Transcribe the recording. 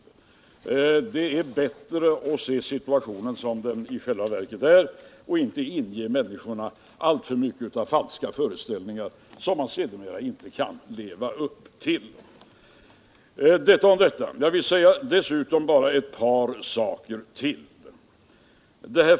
Det är bättre att se situationen som den är och inte inge människorna alltför mycket falska förhoppningar som man sedan inte kan infria. Detta om detta. Jag vill dessutom säga ett par saker till.